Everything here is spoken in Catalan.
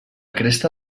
cresta